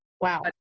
Wow